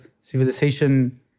civilization